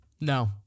No